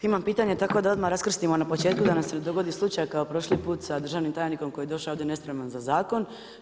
Imam pitanje tako da odmah raskrstimo na početku da nam se ne dogodi slučaj kao prošli put sa državnim tajnikom koji je došao ovdje nespreman za zakon.